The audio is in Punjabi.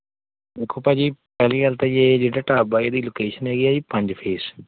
ਦੇਖੋ ਭਾਅ ਜੀ ਪਹਿਲੀ ਗੱਲ ਤਾਂ ਜੀ ਇਹ ਜਿਹੜਾ ਢਾਬਾ ਇਹਦੀ ਲੋਕੇਸ਼ਨ ਹੈਗੀ ਹੈ ਜੀ ਪੰਜ ਫੇਸ